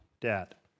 debt